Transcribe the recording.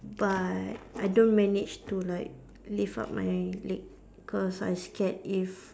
but I don't manage to like lift up my leg cause I scared if